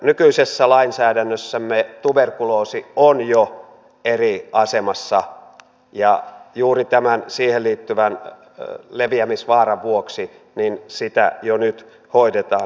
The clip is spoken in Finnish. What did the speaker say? nykyisessä lainsäädännössämme tuberkuloosi on jo eri asemassa ja juuri tämän siihen liittyvän leviämisvaaran vuoksi sitä jo nyt hoidetaan